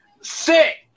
Sick